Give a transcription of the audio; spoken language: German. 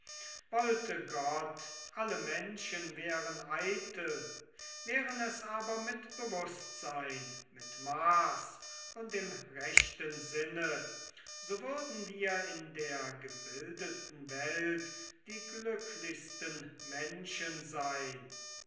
wollte gott alle menschen wären eitel wären es aber mit bewußtsein mit maß und im rechten sinne so würden wir in der gebildeten welt die glücklichsten menschen sein